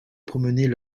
promenaient